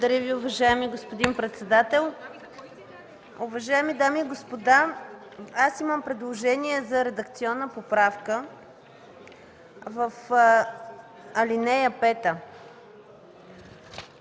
Благодаря Ви. Уважаеми господин председател, уважаеми дами и господа! Аз имам предложение за редакционна поправка. В ал. 5